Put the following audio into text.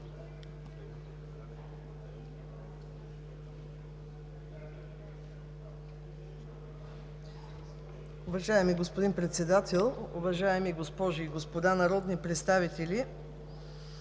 Уважаема госпожо Председател, уважаеми госпожи и господа народни представители!